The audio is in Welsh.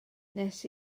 nes